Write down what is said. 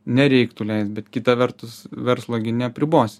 nereiktų leist bet kita vertus verslo neapribosi